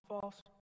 false